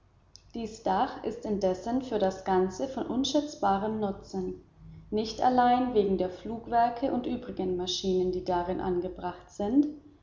dies dach ist indessen für das ganze von unschätzbarem nutzen nicht allein wegen der flugwerke und übrigen maschinen die darin angebracht sind